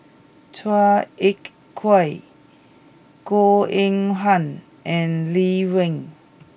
Chua Ek Kay Goh Eng Han and Lee Wen